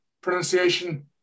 pronunciation